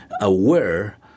aware